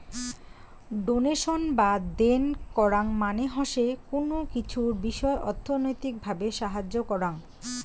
donation বা দেন করাং মানে হসে কুনো কিছুর বিষয় অর্থনৈতিক ভাবে সাহায্য করাং